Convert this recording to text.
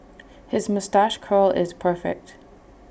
his moustache curl is perfect